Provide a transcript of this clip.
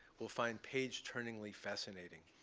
will find page-turningly fascinating.